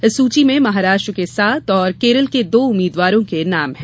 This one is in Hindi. इस सूची में महाराष्ट्र के सात और केरल के दो उम्मीदवारों के नाम हैं